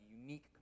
unique